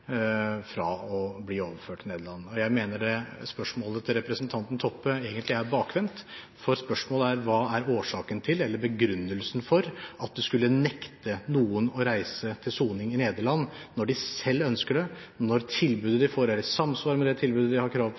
fra å bli overført til Nederland. Jeg mener spørsmålet fra representanten Toppe egentlig er bakvendt, for spørsmålet er: Hva er årsaken til, eller begrunnelsen for, at vi skulle nekte noen å reise til soning i Nederland når de selv ønsker det, når tilbudet de får, er i samsvar med det tilbudet de har krav